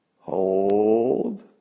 Hold